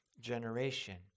Generation